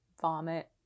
vomit